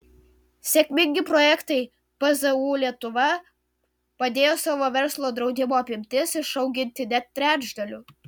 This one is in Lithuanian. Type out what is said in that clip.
sėkmingi projektai pzu lietuva padėjo savo verslo draudimo apimtis išauginti net trečdaliu